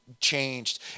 changed